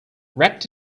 wrapped